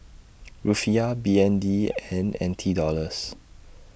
Rufiyaa B N D and N T Dollars